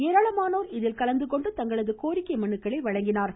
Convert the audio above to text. ஏராளமானோர் இதில் கலந்து கொண்டு தங்களது கோரிக்கை மனுக்களை வழங்கினார்கள்